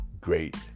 great